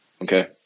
okay